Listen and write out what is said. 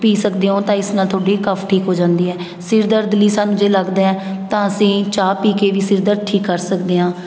ਪੀ ਸਕਦੇ ਹੋ ਤਾਂ ਇਸ ਨਾਲ ਤੁਹਾਡੀ ਕੱਫ ਠੀਕ ਹੋ ਜਾਂਦੀ ਹੈ ਸਿਰ ਦਰਦ ਲਈ ਸਾਨੂੰ ਜੇ ਲੱਗਦਾ ਹੈ ਤਾਂ ਅਸੀਂ ਚਾਹ ਪੀ ਕੇ ਵੀ ਸਿਰ ਦਰਦ ਠੀਕ ਕਰ ਸਕਦੇ ਹਾਂ